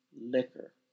liquor